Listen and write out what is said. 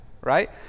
right